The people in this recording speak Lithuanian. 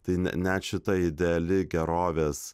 tai ne net šita ideali gerovės